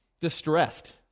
Distressed